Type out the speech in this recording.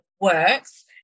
works